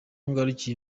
ngarukiye